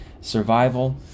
Survival